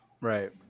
Right